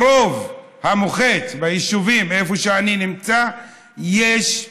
ברוב המוחץ של היישובים שאני נמצא בהם,